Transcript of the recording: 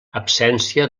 absència